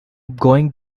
going